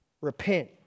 Repent